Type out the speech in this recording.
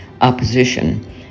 opposition